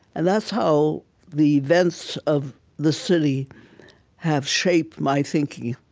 and that's how the events of the city have shaped my thinking.